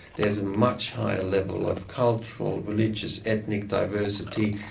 there's a much higher level of cultural, religious, ethnic diversity,